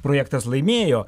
projektas laimėjo